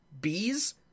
bees